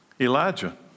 Elijah